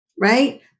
right